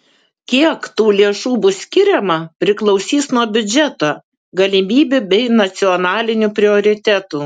kiek tų lėšų bus skiriama priklausys nuo biudžeto galimybių bei nacionalinių prioritetų